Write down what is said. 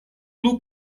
plu